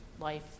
life